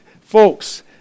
folks